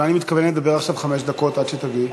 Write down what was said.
אולי אני מתכוון עכשיו לדבר חמש דקות עד שתגיעי?